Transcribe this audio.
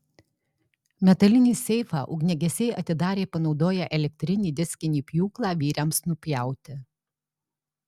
metalinį seifą ugniagesiai atidarė panaudoję elektrinį diskinį pjūklą vyriams nupjauti